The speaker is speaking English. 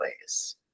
ways